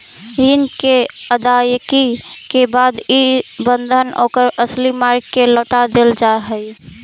ऋण के अदायगी के बाद इ बंधन ओकर असली मालिक के लौटा देल जा हई